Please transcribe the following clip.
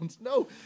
No